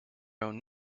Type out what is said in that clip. own